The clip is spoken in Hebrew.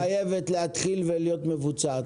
זאת חשיבה שחייבת להתחיל ולהיות מבוצעת.